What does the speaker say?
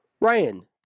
Ryan